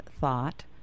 thought